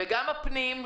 וממשרד הפנים,